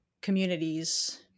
communities